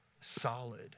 solid